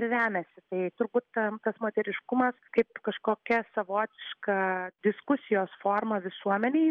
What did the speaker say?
ir remiasi tai turbūt tas moteriškumas kaip kažkokia savotiška diskusijos forma visuomenei visai